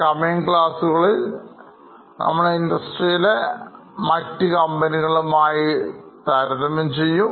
Coming ക്ലാസുകളിൽ നമ്മൾ Industry ലെ മറ്റ് കമ്പനികളുമായി താരതമ്യം ചെയ്യും